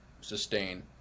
sustain